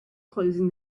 closing